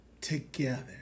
together